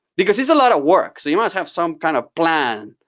because it's a lot of work, so you must have some kind of plan.